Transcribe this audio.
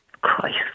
Christ